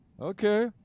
Okay